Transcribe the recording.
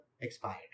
expired